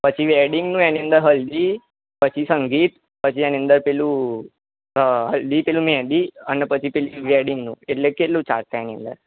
પછી વેડિંગનું એની અંદર હલ્દી પછી સંગીત પછી એની અંદર પેલું હલ્દી પેલું મેંદી અને પછી પેલી વેડિંગનું એટલે કેટલું ચાર્જ થાય એની અંદર